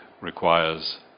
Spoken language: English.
requires